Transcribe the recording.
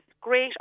great